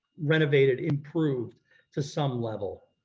renovated, improved to some level.